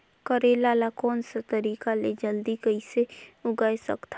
करेला ला कोन सा तरीका ले जल्दी कइसे उगाय सकथन?